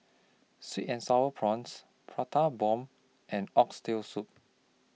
Sweet and Sour Prawns Prata Bomb and Oxtail Soup